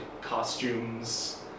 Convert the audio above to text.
costumes